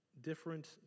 different